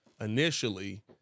initially